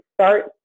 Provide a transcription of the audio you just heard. start